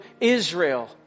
Israel